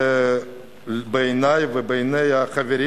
בעיני ובעיני החברים,